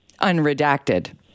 unredacted